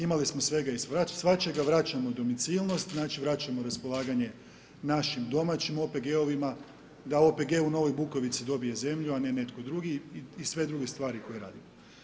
Imali smo svega i svačega, vraćamo domicilnost, znači vraćamo raspolaganje našim domaćim OPG-ovima, da OPG u Novoj Bukovici dobije zemlju a ne netko drugi i sve druge stvari koje radimo.